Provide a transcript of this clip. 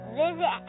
visit